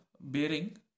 bearing